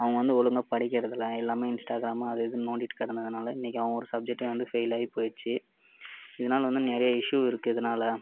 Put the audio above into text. அவங்க வந்து ஒழுங்காக படிக்கிறதில்லை எல்லாமே இன்ஸ்டாகிராமு அது இதுன்னு நோண்டிகிட்டு கிடந்ததுனால இன்னிக்கு அவன் ஒரு சப்ஜெக்ட்டே வந்து ஃபெயில் ஆகி போயிடுச்சி இதனால வந்து நிறைய இஷ்யூ இருக்குது இதனால